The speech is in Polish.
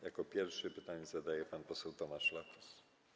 Jako pierwszy pytanie zadaje pan poseł Tomasz Latos.